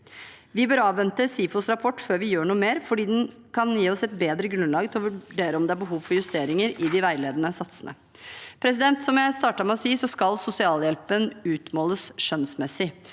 Vi bør avvente SIFOs rapport før vi gjør noe mer, fordi den kan gi oss et bedre grunnlag til å vurdere om det er behov for justeringer i de veiledende satsene. Som jeg startet med å si, skal sosialhjelpen utmåles skjønnsmessig.